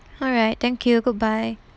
alright thank you goodbye